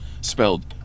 spelled